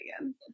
again